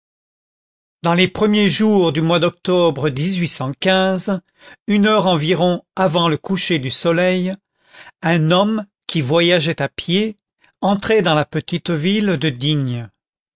dans les premiers jours du mois d'octobre une heure environ avant le coucher du soleil un homme qui voyageait à pied entrait dans la petite ville de digne